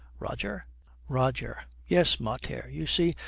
roger roger. yes, mater you see,